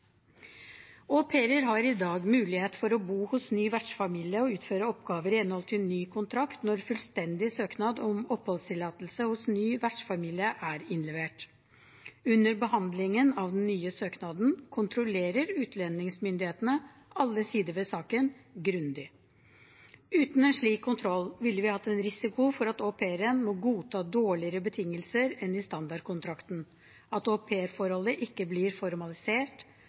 har i dag mulighet for å bo hos ny vertsfamilie og utføre oppgaver i henhold til ny kontrakt når fullstendig søknad om oppholdstillatelse hos ny vertsfamilie er innlevert. Under behandlingen av den nye søknaden kontrollerer utlendingsmyndighetene alle sider ved saken grundig. Uten en slik kontroll ville vi hatt en risiko for at au pairen må godta dårligere betingelser enn i standardkontrakten, at aupairforholdet ikke blir formalisert,